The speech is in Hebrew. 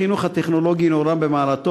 לחינוך הטכנולוגי יש חשיבות רמת מעלה,